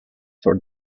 for